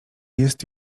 jest